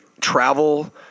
travel